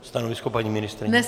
Stanovisko, paní ministryně?